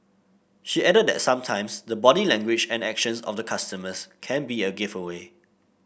she added that sometimes the body language and actions of the customers can be a giveaway